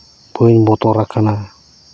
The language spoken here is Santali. ᱵᱟᱹᱧ ᱵᱚᱛᱚᱨᱟᱠᱟᱱᱟ